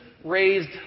raised